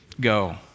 go